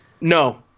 No